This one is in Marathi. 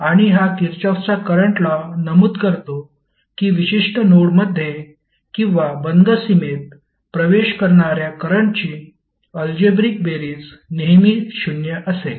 आणि हा किरचॉफचा करंट लॉ नमूद करतो की विशिष्ट नोडमध्ये किंवा बंद सीमेत प्रवेश करणार्या करंटची अल्जेब्रिक बेरीज नेहमी 0 असेल